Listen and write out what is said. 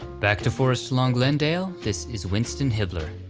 back to forest lawn glendale, this is winston hibler,